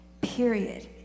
period